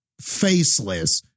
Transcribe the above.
faceless